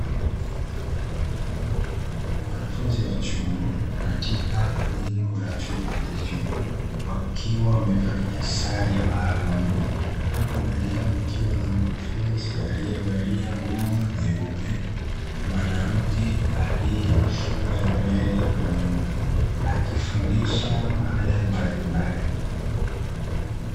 Wanafunzi wa chuo katika jengo la chuo hicho wakiwa wamevalia sare maalumu, huku mbele yao kukiwa na mkufunzi aliyevalia nguo nyeupe (mwanamke), aliyefunga nywele kwa nyuma akifundisha mada mbalimbali.